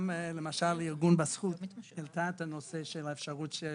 גם למשל ארגון בזכות העלה את האפשרות של